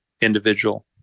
individual